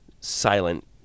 silent